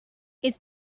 it’s